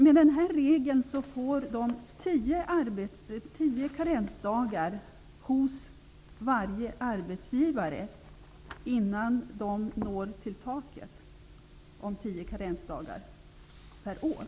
Med den här regeln får de tio karensdagar hos varje arbetsgivare innan de når taket om tio karensdagar per år.